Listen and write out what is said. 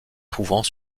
trouvant